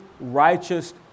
righteous